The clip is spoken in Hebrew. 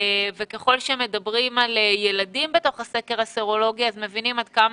וככול שמדברים על ילדים בתוך הסקר הסרולוגי מבינים עד כמה